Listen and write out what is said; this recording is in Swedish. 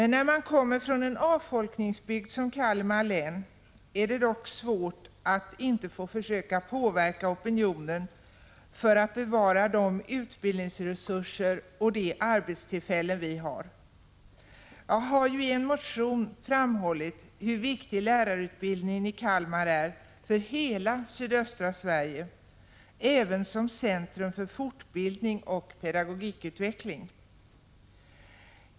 När man kommer från en avfolkningsbygd som Kalmar län är det dock svårt att inte få försöka påverka opinionen för att bevara de utbildningsresurser och de arbetstillfällen vi har. Jag har i en motion framhållit hur viktig lärarutbildningen i Kalmar är för hela sydöstra Sverige, även som centrum för fortbildning och pedagogikutveckling.